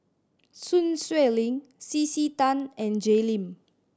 Sun Xueling C C Tan and Jay Lim